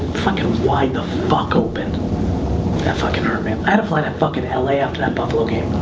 fucking wide the fuck open. that fucking hurt man. i had a flight at fucking l a. after that buffalo game.